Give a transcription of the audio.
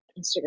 Instagram